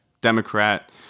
Democrat